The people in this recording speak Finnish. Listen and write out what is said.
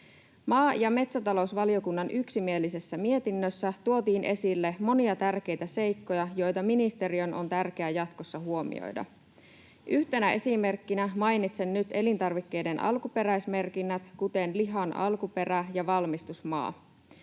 Maa‑ ja metsätalousvaliokunnan yksimielisessä mietinnössä tuotiin esille monia tärkeitä seikkoja, joita ministeriön on tärkeä jatkossa huomioida. Yhtenä esimerkkinä mainitsen nyt elintarvikkeiden alkuperäismerkinnät, kuten lihan alkuperä‑ ja valmistusmaan.